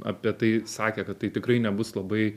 apie tai sakę kad tai tikrai nebus labai